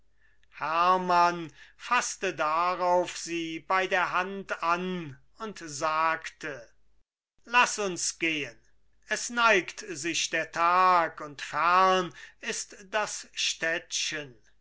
hermann faßte darauf sie bei der hand an und sagte laß uns gehen es neigt sich der tag und fern ist das städtchen